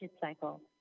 cycle